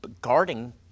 guarding